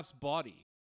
body